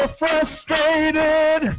frustrated